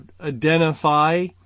identify